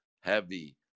heavy